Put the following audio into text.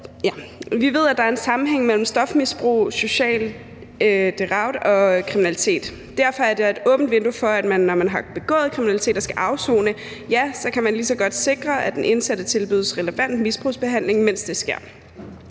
Vi ved, at der er en sammenhæng mellem stofmisbrug, social deroute og kriminalitet. Derfor er der et åbent vindue for, at vi, når man har begået kriminalitet og skal afsone, lige så godt kan sikre, at den indsatte tilbydes relevant misbrugsbehandling, mens det sker.